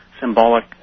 symbolic